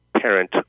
parent